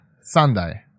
Sunday